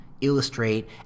illustrate